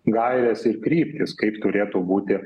gaires ir kryptis kaip turėtų būti